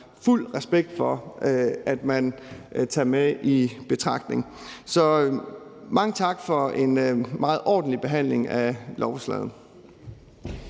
fuld respekt for at man tager med i betragtning. Så mange tak for en meget ordentlig behandling af lovforslaget.